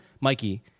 Mikey